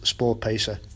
Sportpacer